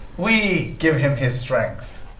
we give him his strength,